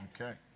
Okay